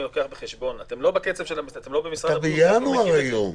--- אתה בינואר היום.